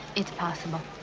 it's possible.